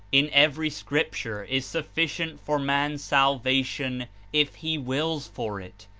in every scripture is sufficient for man's salvation if he wills for it.